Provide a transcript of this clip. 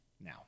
now